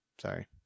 sorry